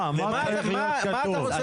מה אתה רוצה שיהיה כתוב.